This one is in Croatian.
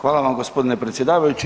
Hvala vam gospodine predsjedavajući.